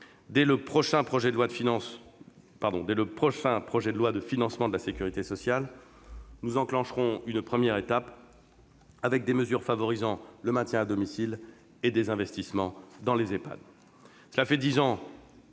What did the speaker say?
Dès le prochain projet de loi de financement de la sécurité sociale, nous enclencherons une première étape, avec des mesures favorisant le maintien à domicile et des investissements dans les Ehpad. Cela fait dix ans